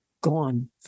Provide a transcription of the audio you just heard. Gone